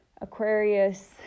Aquarius